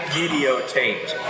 videotaped